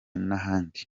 n’ahandi